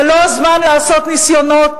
זה לא הזמן לעשות ניסיונות,